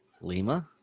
Lima